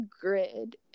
grid